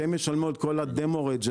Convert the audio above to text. שהם משלמות את כל הדמו רג'קט,